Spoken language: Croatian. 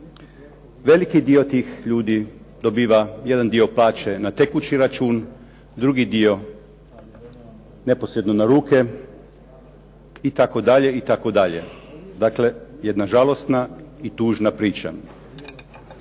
Veliki dio tih ljudi dobiva jedan dio plaće na tekući račun, drugi dio neposredno na ruke itd., itd., dakle jedna žalosna i tužna priča.